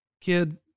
kid